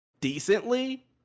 decently